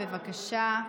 בבקשה.